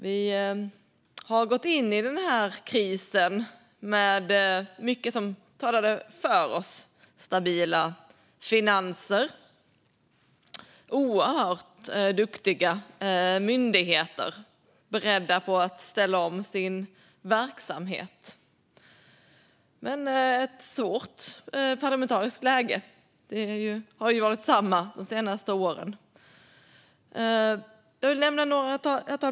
Vi gick in i den här krisen med mycket som talade för oss, med stabila finanser och oerhört duktiga myndigheter som var beredda på att ställa om sin verksamhet. Men vi hade också ett svårt parlamentariskt läge, vilket det ju har varit de senaste åren. Herr talman!